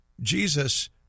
Jesus